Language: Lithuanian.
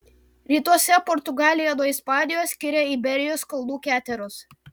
rytuose portugaliją nuo ispanijos skiria iberijos kalnų keteros